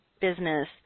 business